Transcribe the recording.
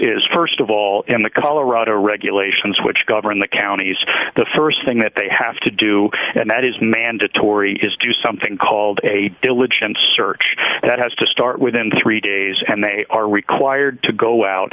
is st of all in the colorado regulations which govern the counties the st thing that they have to do and that is mandatory is to something called a diligent search that has to start within three days and they are required to go out